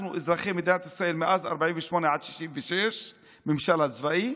אנחנו אזרחי מדינת ישראל מאז 48' עד 66' בממשל הצבאי,